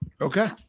okay